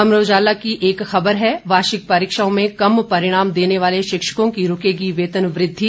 अमर उजाला की एक खबर है वार्षिक परीक्षाओं में कम परिणाम देने वाले शिक्षकों की रूकेगी वेतन वृद्वि